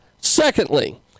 Secondly